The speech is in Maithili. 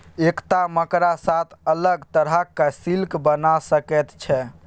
एकटा मकड़ा सात अलग तरहक सिल्क बना सकैत छै